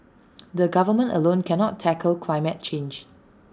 the government alone cannot tackle climate change